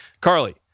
Carly